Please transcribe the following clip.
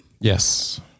yes